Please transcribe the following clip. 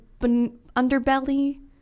underbelly